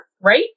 right